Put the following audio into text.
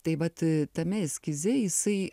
tai vat tame eskize jisai